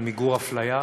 על מיגור אפליה,